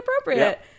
appropriate